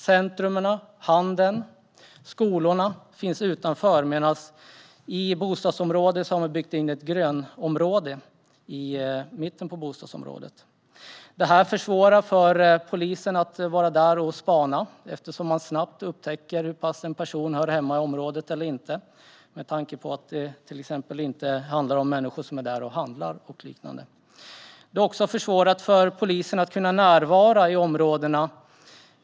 Centrum, handel och skolor finns utanför medan man har byggt in ett grönområde i mitten av bostadsområdet. Detta försvårar för polisen att vara där och spana eftersom människor snabbt upptäcker om en person hör hemma i området eller inte. Det handlar ju inte om människor som är där och handlar eller liknande. Det har också försvårat för polisen att närvara i områdena.